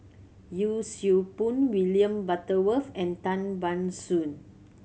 Yee Siew Pun William Butterworth and Tan Ban Soon